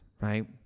right